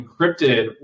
encrypted